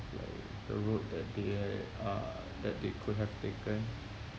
like the road that they uh are that they could have taken